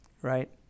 right